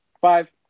Five